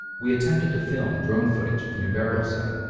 we attempted to film drone footage of the new burial site.